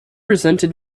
resented